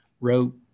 wrote